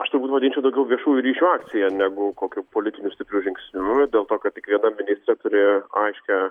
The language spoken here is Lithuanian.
aš turbūt vadinčiau daugiau viešųjų ryšių akcija negu kokiu politiniu stipriu žingsniu dėl to kad tik viena ministrė turėjo aiškią